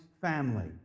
family